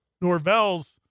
Norvell's